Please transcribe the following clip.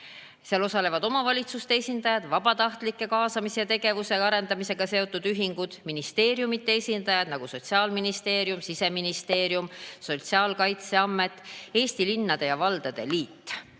Seal osalevad omavalitsuste esindajad, vabatahtlike kaasamise ja tegevuse arendamisega seotud ühingud, ministeeriumide esindajad, näiteks Sotsiaalministeerium ja Siseministeerium, ka sotsiaalkaitseamet ning Eesti Linnade ja Valdade Liit. Kui